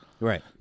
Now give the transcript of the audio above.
Right